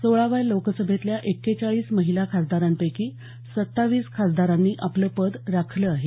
सोळाव्या लोकसभेतल्या एक्केचाळीस महिला खासदारांपैकी सत्तावीस खासदारांनी आपलं पद राखली आहेत